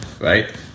right